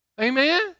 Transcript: Amen